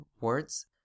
words